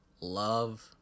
love